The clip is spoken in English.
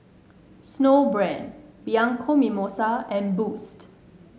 Snowbrand Bianco Mimosa and Boost